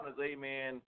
amen